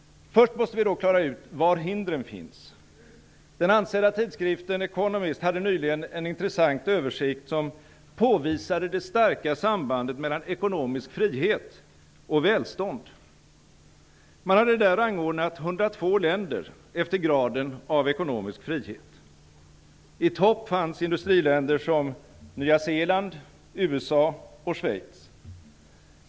Vi måste då först klara ut var hindren finns. Den ansedda tidskriften The Economist hade nyligen en intressant översikt, som påvisade det starka sambandet mellan ekonomisk frihet och välstånd. Man hade där rangordnat 102 länder efter graden av ekonomisk frihet. I topp fanns industriländer som Nya Zeeland, USA och Schweiz.